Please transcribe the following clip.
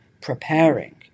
preparing